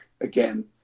again